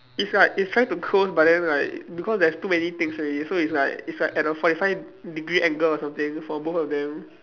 it's like it's trying to close but then like because there's too many things already so it's like it's like at a forty five degree angle or something for both of them